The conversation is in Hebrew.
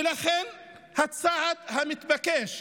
ולכן הצעד המתבקש